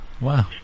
Wow